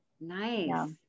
Nice